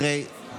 אחרי כן